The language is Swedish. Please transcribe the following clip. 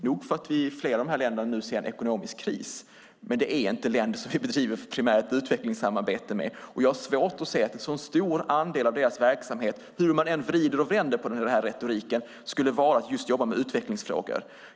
Nog för att vi i flera av dessa länder nu ser en ekonomisk kris, men det är inte länder som vi primärt bedriver utvecklingssamarbete med. Jag har svårt att se att en så stor andel av deras verksamhet skulle vara att jobba med utvecklingsfrågor, hur man än vrider och vänder på retoriken.